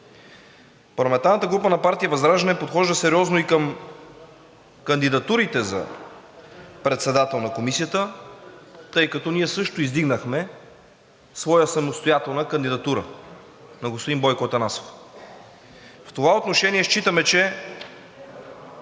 Парламентарната група на партия ВЪЗРАЖДАНЕ подхожда сериозно и към кандидатурите за председател на Комисията, тъй като ние също издигнахме своя самостоятелна кандидатура – на господин Бойко Атанасов. В това отношение считаме, че